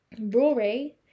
Rory